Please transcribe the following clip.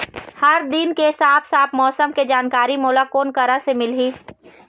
हर दिन के साफ साफ मौसम के जानकारी मोला कोन करा से मिलही?